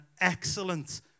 excellent